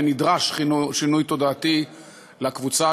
ונדרש שינוי תודעתי לקבוצה,